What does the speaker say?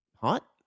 Hot